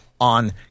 on